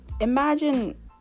Imagine